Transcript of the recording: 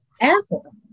apple